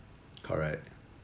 correct